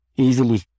easily